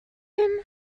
him